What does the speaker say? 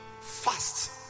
fast